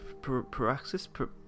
Paraxis